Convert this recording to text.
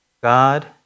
God